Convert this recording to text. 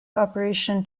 operation